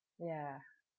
ya